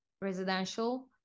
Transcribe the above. residential